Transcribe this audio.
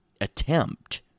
attempt